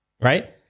right